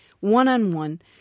one-on-one